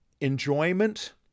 enjoyment